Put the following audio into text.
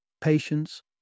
patience